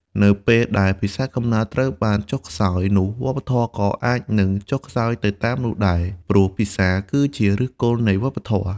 នៅពេលដែលភាសាកំណើតត្រូវបានចុះខ្សោយ នោះវប្បធម៌ក៏អាចនឹងចុះខ្សោយទៅតាមនោះដែរ ព្រោះភាសាគឺជាឫសគល់នៃវប្បធម៌។